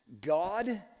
God